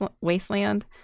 wasteland